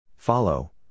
Follow